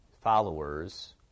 followers